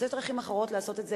אז יש דרכים אחרות לעשות את זה.